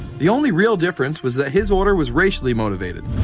the only real difference was that his order was racially motivated.